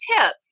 tips